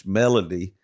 melody